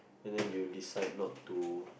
and then you decide not to